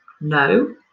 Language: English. No